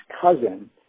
cousin